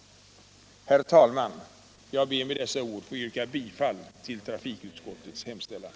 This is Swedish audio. Herr talman! Jag vill med dessa ord yrka bifall till trafikutskottets hemställan.